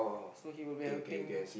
so she will be helping